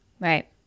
right